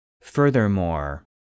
Furthermore